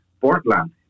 Portland